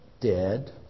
dead